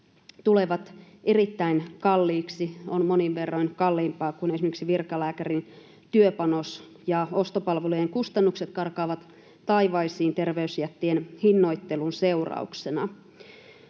tulevat erittäin kalliiksi ja ovat monin verroin kalliimpia kuin esimerkiksi virkalääkärin työpanos, ja ostopalvelujen kustannukset karkaavat taivaisiin terveysjättien hinnoittelun seurauksena.